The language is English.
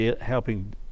helping